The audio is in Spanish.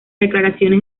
declaraciones